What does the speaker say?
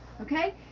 Okay